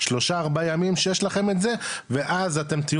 שלושה-ארבעה ימים שיש לכם את זה ואז אתם תהיו